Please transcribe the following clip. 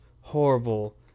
horrible